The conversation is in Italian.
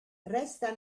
resta